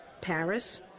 Paris